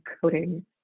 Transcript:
coding